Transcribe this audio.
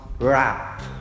rap